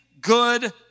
good